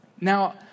Now